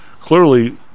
clearly